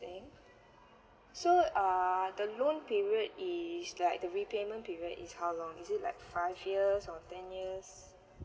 interesting so uh the loan period is like the repayment period is how long is it like five years or ten years